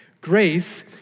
Grace